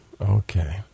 Okay